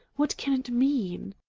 what can it mean?